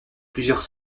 plusieurs